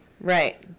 right